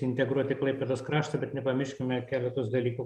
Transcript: integruoti klaipėdos kraštą bet nepamirškime keletos dalykų